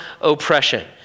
oppression